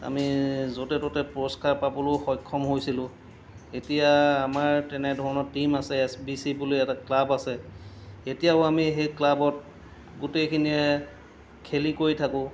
আমি য'তে ত'তে পুৰস্কাৰ পাবলৈও সক্ষম হৈছিলোঁ এতিয়া আমাৰ তেনেধৰণৰ টীম আছে এছ বি চি বুলি এটা ক্লাব আছে এতিয়াও আমি সেই ক্লাবত গোটেইখিনিয়ে খেলি কৰি থাকোঁ